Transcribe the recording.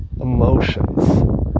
emotions